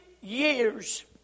years